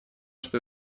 что